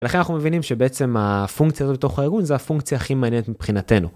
לכן אנחנו מבינים שבעצם הפונקציה הזו בתוך הארגון זה הפונקציה הכי מעניינת מבחינתנו.